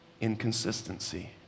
inconsistency